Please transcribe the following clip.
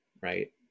right